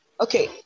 okay